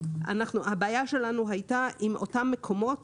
והבעיה שלנו הייתה עם אותם מקומות